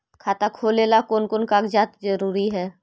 खाता खोलें ला कोन कोन कागजात जरूरी है?